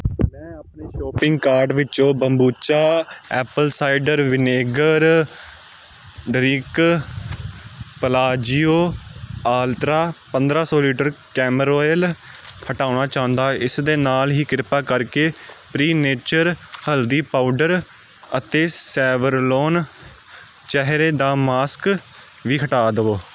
ਮੈਂ ਆਪਣੇ shopping cart ਵਿਚੋਂ Bambucha apple cider vinegar drink ਪਲਾਜ਼ਿਓ ਅਲਟ੍ਰਾ ਪੰਦਰਾਂ ਸੌ ਲਿਟਰ ਕੈਮਰੋਲੇ ਹਟਾਉਣਾ ਚਾਹੁੰਦਾ ਹਾਂ ਇਸ ਦੇ ਨਾਲ ਹੀ ਕ੍ਰਿਪਾ ਕਰਕੇ ਪ੍ਰੀ ਨੇਚਰ ਹਲਦੀ ਪਾਊਡਰ ਅਤੇ ਸੇਵਰਲੋਨ ਚਿਹਰੇ ਦਾ ਮਾਸਕ ਵੀ ਹਟਾ ਦੇਵੋ